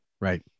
Right